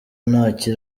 ntacyo